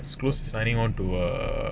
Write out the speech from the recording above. supposed to signing on to ah